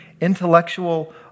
intellectual